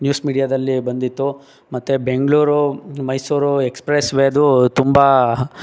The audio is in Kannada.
ನ್ಯೂಸ್ ಮೀಡ್ಯಾದಲ್ಲಿ ಬಂದಿತ್ತು ಮತ್ತು ಬೆಂಗಳೂರು ಮೈಸೂರು ಎಕ್ಸಪ್ರೆಸ್ ವೇದು ತುಂಬ